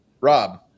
Rob